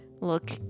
Look